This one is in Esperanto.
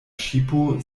ŝipo